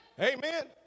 Amen